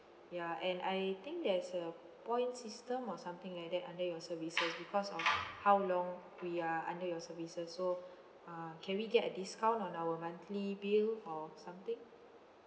ya and I think there is a point system or something like that under your services because of how long we are under your services so uh can we get a discount on our monthly bill or something